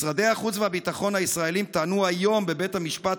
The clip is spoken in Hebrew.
משרדי החוץ והביטחון הישראלים טענו היום בבית המשפט